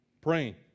Praying